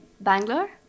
Bangalore